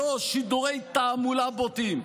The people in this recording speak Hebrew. ולא שידורי תעמולה בוטים.